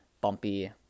bumpy